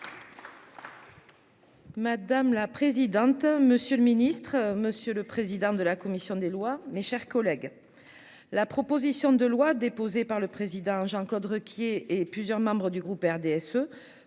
Madame la présidente, monsieur le ministre, monsieur le président de la commission des lois, mes chers collègues, la proposition de loi déposée par le président Jean-Claude Requier et plusieurs membres du groupe RDSE